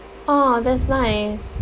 !aww! that's nice